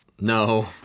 No